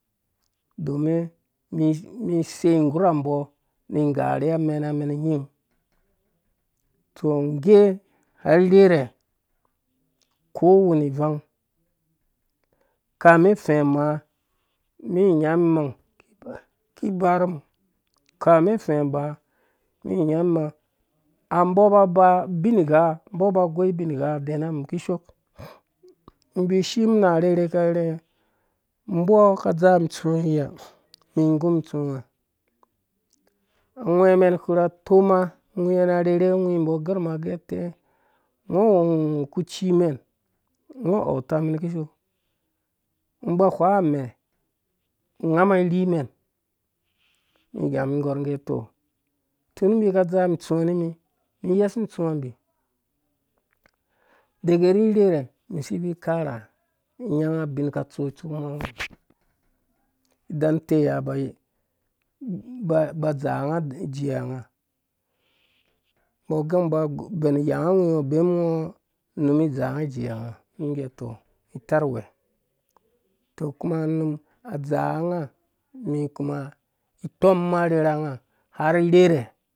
Domin mi isei nggura umbɔ umɛn ingerhuwe amename nying tɔ ngge har irherhɛ ko wende ivangi kamin ufɛ ma umum inyamum imang ki ibar ru umum kamin ufɛ maa umum inyamum imang a umbo aba aba ubingha umbɔ aba agoi ubingha adema umum kishook inbvui ishimun arherhe aka arhɛe umbɔ aka adzaa umum itsuwa iyi ha umum igum itsuwa angwememkpurha atoma angwai na arherhe angwimbɔ agɔrumum age ute ungo uwu ukucimen ungo uwu autamɛ kishook ungo ungo uba uhwaɔ amɛungamɔ unga irhi umen umum igamum ingo nggɛ tɔ tum unbi aka adzaaa umum itsuwa nimi umum iyesu itsuwambi udege irhɛrhe umum isi ibvui ikara inuanga abin akatso itsuku na angurimum idan uteya ba adzaango ijeeanga umbɔ agɛ ungo uba ubenu uyanga angwingo ubemungo unum hi idzaanga ijeeanga umum nggɛ tɔ umum itarwɛɛ tɔ kuma unum adzaango mi kuma ikom arherhanga har irherhɛ,